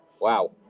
Wow